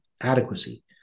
adequacy